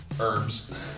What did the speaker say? Herbs